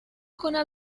کنم